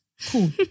Cool